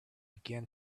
began